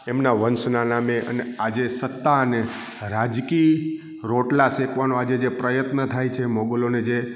એમના વંશના નામે અને આજે સત્તા અને રાજકી રોટલા સેકવાનો આજે જે પ્રયત્ન થાય છે મોગલો ને જે